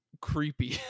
creepy